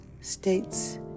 states